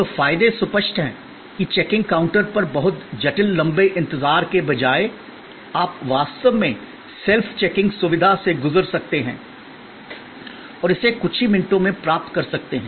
तो फायदे स्पष्ट हैं कि चेकिंग काउंटर पर बहुत जटिल लंबे इंतजार के बजाय आप वास्तव में सेल्फ चेकिंग सुविधा से गुजर सकते हैं और इसे कुछ ही मिनटों में प्राप्त कर सकते हैं